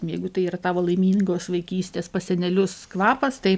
jeigu tai yra tavo laimingos vaikystės pas senelius kvapas tai